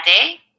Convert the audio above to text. day